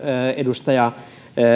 edustaja